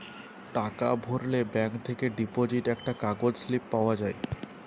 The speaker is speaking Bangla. টাকা ভরলে ব্যাঙ্ক থেকে ডিপোজিট একটা কাগজ স্লিপ পাওয়া যায়